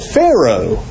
Pharaoh